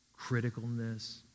Criticalness